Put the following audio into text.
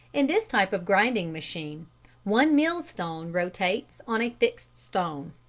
in this type of grinding machine one mill stone rotates on a fixed stone.